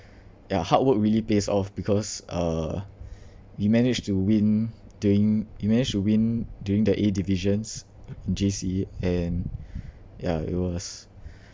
ya hard work really pays off because uh we managed to win during we managed to win during the A divisions in J_C and yeah it was